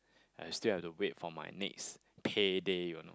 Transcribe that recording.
Istill have to wait for my next payday you know